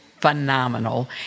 phenomenal